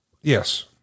Yes